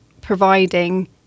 providing